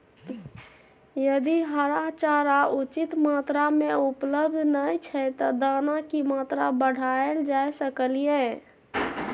यदि हरा चारा उचित मात्रा में उपलब्ध नय छै ते दाना की मात्रा बढायल जा सकलिए?